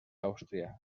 àustria